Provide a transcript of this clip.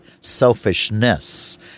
selfishness